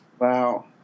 Wow